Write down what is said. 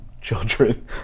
children